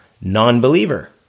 non-believer